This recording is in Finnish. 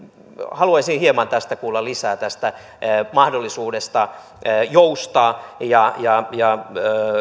haluaisin hieman kuulla lisää tästä mahdollisuudesta joustaa ja ja